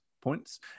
points